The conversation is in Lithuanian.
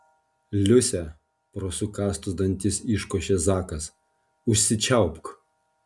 liuse pro sukąstus dantis iškošė zakas užsičiaupk